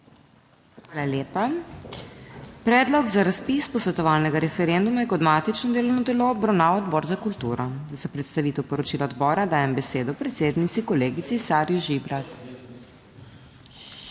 Hvala lepa. Predlog za razpis posvetovalnega referenduma je kot matično delovno telo obravnaval Odbor za kulturo. Za predstavitev poročila odbora dajem besedo predsednici, kolegici Sari Žibrat.